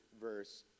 verse